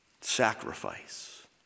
sacrifice